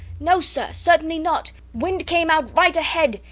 no, sir. certainly not. wind came out right ahead.